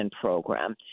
program